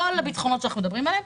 כל הביטחונות שאנחנו מדברים עליהם,